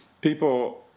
people